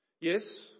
yes